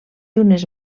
unes